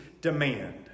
demand